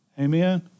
Amen